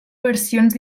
versions